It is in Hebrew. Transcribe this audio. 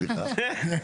סליחה.